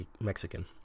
Mexican